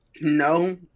No